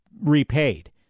repaid